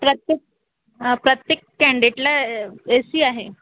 प्रत्येक प्रत्येक कँडेटला ए सी आहे